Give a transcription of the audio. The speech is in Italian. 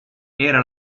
era